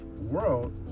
world